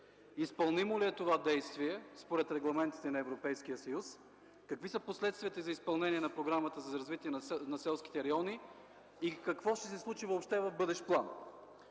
изпълнимо ли е това действие, според Регламентите на Европейския съюз; какви са последствията за изпълнение на Програмата за развитие на селските райони и какво ще се случи въобще в бъдещ план?